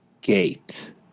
gate